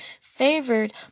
favored